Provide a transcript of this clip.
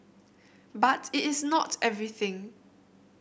but it is not everything